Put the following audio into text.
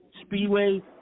Speedway